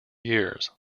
years